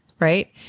Right